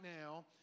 now